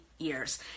Years